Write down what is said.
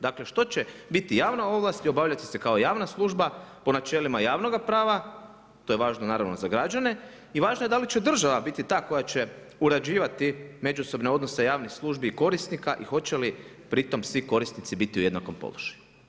Dakle što će biti javna ovlast i obavljati se kao javna služba po načelima javnoga prava, to je važno naravno za građane i važno je da li će država biti ta koja će uređivati međusobne odnose javnih službi i korisnika i hoće li pritom svi korisnici biti u jednakom položaju.